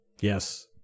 Yes